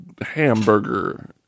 hamburger –